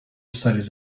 studies